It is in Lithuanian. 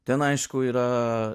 ten aišku yra